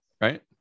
right